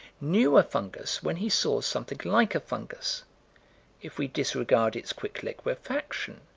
knew a fungus when he saw something like a fungus if we disregard its quick liquefaction,